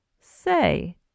say